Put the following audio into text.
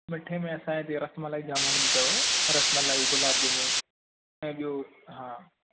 मिठे में असांजे हिते रस मलाई जाम हलंदी अथव रस मलाई गुलाब जमूं ऐं ॿियो हा